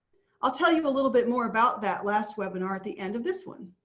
i'll tell you a little bit more about that last webinar at the end of this one.